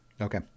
Okay